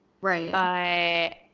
Right